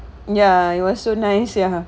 ya it was so nice ya